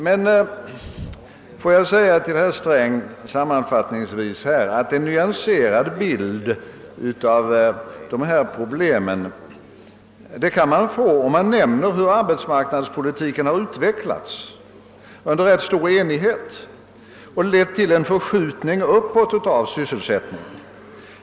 Men får jag sammanfattningsvis säga till herr Sträng att en nyanserad bild av dessa problem kan man få om man nämner hur arbetsmarknadspolitiken har utvecklats, under rätt stor enighet, och lett till en förskjutning uppåt av den utan »övertryck» möjliga syssel : sättningen.